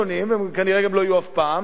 הם כנראה גם לא יהיו אף פעם,